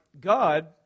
God